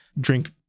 drink